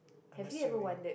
I am assuming